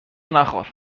نخور